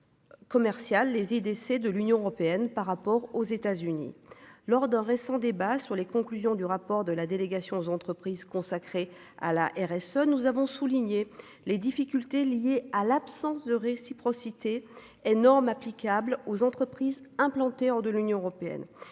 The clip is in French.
Commerciale, les idées, c'est de l'Union européenne par rapport aux États-Unis, lors d'un récent débat sur les conclusions du rapport de la délégation aux entreprises consacré à la RSE. Nous avons souligné les difficultés liées à l'absence de réciprocité énorme applicables aux entreprises implantées en de l'Union européenne